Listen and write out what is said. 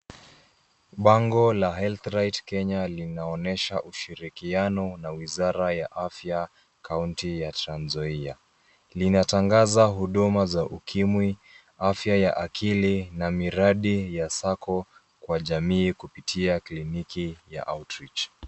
Bango la Health Right Kenya linaonyesha ushirikiana na wizara ya afya kaunti ya Trans-Zoia, linatangaza huduma za ukimwa, afya ya akili na miradi ya sacco kwa jamii kupitia kliniki ya outreach .